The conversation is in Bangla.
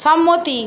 সম্মতি